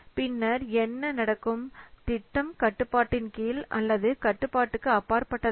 பின்னர் என்ன நடக்கும் திட்டம் கட்டுப்பாட்டின் கீழ் அல்லது கட்டுப்பாட்டுக்கு அப்பாற்பட்டதா